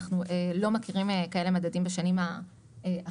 אנחנו לא מכירים כאלה מדדים בשנים האחרונות.